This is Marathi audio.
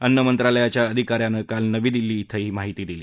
अन्न मंत्रालयाच्या अधिका यानं काल नवी दिल्ली धिं ही माहिती दिली